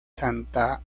santa